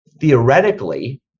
theoretically